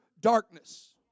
darkness